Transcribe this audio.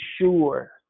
sure